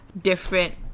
different